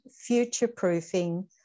future-proofing